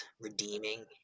redeeming